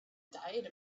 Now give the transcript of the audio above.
diet